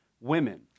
women